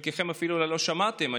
שהובטחה להם ישיבה עם ראש הממשלה